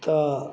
तऽ